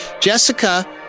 Jessica